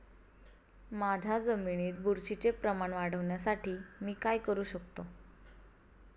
माझ्या जमिनीत बुरशीचे प्रमाण वाढवण्यासाठी मी काय करू शकतो?